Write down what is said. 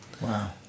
Wow